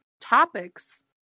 topics